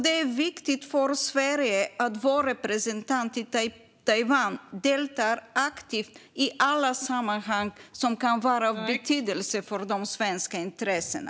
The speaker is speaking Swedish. Det är viktigt för Sverige att vår representant i Taiwan deltar aktivt i alla sammanhang som kan vara av betydelse för de svenska intressena.